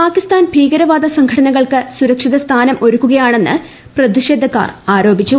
പാകിസ്ഥാൻ ഭീകരവാദ സംഘടനകൾക്ക് സുരക്ഷിത സ്ഥാനം ഒരുക്കുകയാണെന്ന് പ്രതിഷേധക്കാർ ആരോപിച്ചു